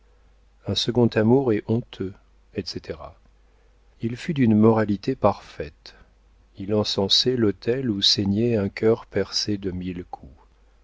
un second amour est honteux etc il fut d'une moralité parfaite il encensait l'autel où saignait un cœur percé de mille coups